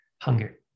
hunger